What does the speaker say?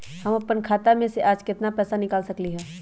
हम अपन खाता में से आज केतना पैसा निकाल सकलि ह?